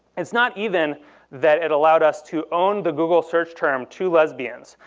it's not even that it allowed us to own the google search term two lesbians,